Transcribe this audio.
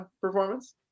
performance